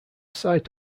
site